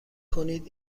کنید